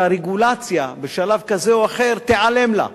שהרגולציה בשלב כזה או אחר תיעלם לה.